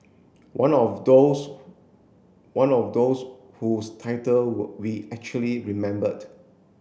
one of those one of those whose title we actually remembered